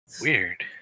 Weird